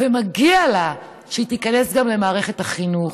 ומגיע לה שהיא תיכנס גם למערכת החינוך,